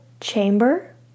chamber